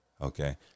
okay